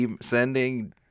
sending